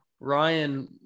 Ryan